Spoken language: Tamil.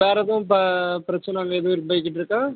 வேறு எதுவும் இப்போ பிரச்சனை வந்து எதுவும் போய்கிட்டுருக்கா